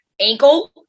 ankle